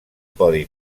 podi